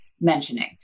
mentioning